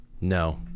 No